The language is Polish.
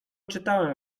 czytałem